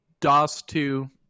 DOS2